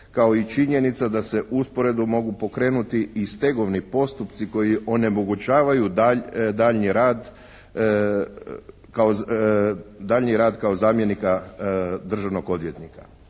kao i činjenica da se usporedo mogu pokrenuti i stegovni postupci koji onemogućavaju daljnji rad kao, daljnji rad kao zamjenika državnog odvjetnika.